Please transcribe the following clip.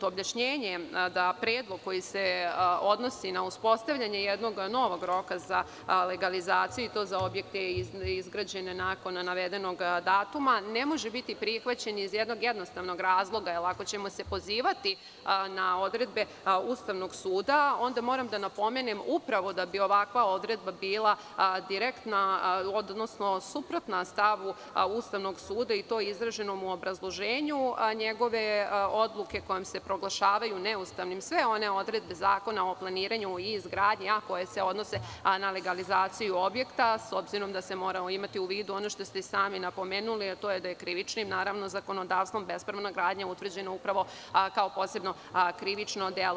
Objašnjenje da predlog koji se odnosi na uspostavljanje jednog novog roka za legalizaciju i to za objekte izgrađene nakon navedenog datuma ne može biti prihvaćen iz jednog jednostavnog razloga, jer ako ćemo se pozivati na odredbe Ustavnog suda, onda moram da napomenem da bi upravo ovakva odredba bila direktna, odnosno suprotna stavu Ustavnog suda i to izraženom u obrazloženju njegove odluke kojim se proglašavajuneustavnim sve one odredbe Zakona o planiranju i izgradnji, a koje se odnose na legalizaciju objekta, s obzirom da se mora imati u vidu ono što ste sami napomenuli, a to je da je krivičnim zakonodavstvom bespravna gradnja utvrđena upravo kao posebno krivično delo.